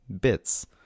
bits